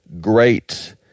great